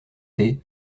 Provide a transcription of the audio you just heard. thé